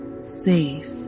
safe